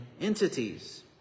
entities